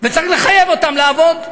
וצריך לחייב אותם לעבוד.